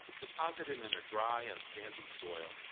deposited in a dry and sandy soil,